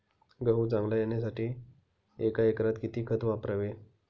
गहू चांगला येण्यासाठी एका एकरात किती खत वापरावे?